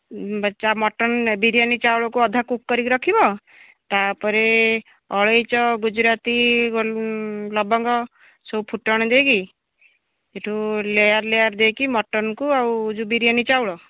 mutton biryani ଚାଉଳକୁ ଅଧା cook କରିକି ରଖିବ ତା'ପରେ ଅଳେଇଚ ଗୁଜୁରାତି ଗୋଲ ଲବଙ୍ଗ ସବୁ ଫୁଟଣ ଦେଇକି ସେଇଠୁ ଲେଆର୍ ଲେଆର୍ ଦେଇକି ମଟନ୍କୁ ଆଉ ଯେଉଁ ବିରିୟାନି ଚାଉଳ